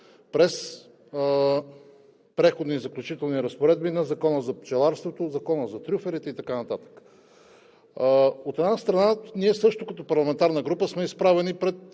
през Преходни и заключителни разпоредби на Закона за пчеларството, в Закона за трюфелите и така нататък. От една страна, ние също като парламентарна група сме изправени пред